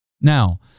Now